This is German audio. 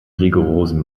rigorosen